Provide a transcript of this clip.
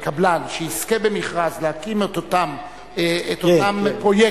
קבלן שיזכה במכרז להקים את אותם פרויקטים,